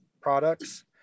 products